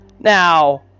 Now